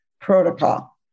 protocol